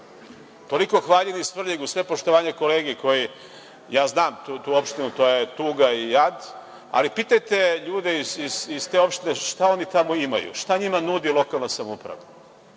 Toliko hvaljeni Svrljig, uz sve poštovanje kolege, ja znam tu opštinu, to je tuga i jad, ali pitajte ljude iz te opštine šta oni tamo imaju, šta njima nudi lokalna samouprava.